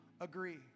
agree